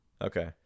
Okay